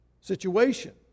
situation